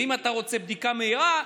ואם אתה רוצה בדיקה מהירה,